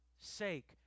sake